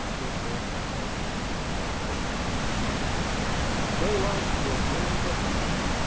these words were on the lips of everybody i met daylight will bring the fleet!